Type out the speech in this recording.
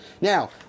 Now